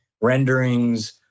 renderings